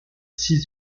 six